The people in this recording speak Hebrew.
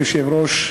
מכובדי היושב-ראש,